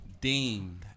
deemed